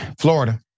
Florida